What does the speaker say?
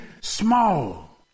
small